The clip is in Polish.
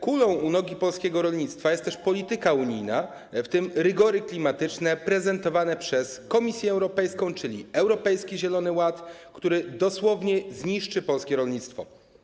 Kulą u nogi polskiego rolnictwa jest też polityka unijna, w tym rygory klimatyczne prezentowane przez Komisję Europejską, czyli europejski zielony ład, który dosłownie zniszczy polskie rolnictwo.